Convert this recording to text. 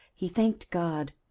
he thanked god,